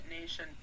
Nation